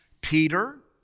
Peter